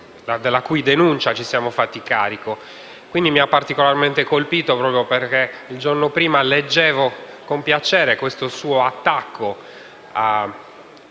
Grazie